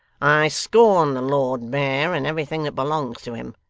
i scorn the lord mayor and everything that belongs to him.